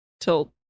till